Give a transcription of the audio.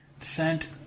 sent